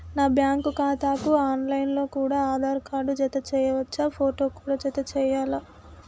నా బ్యాంకు ఖాతాకు online లో కూడా ఆధార్ కార్డు జత చేయవచ్చా ఫోటో కూడా జత చేయాలా?